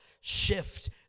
shift